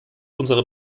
unsere